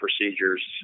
procedures